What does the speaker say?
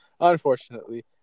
unfortunately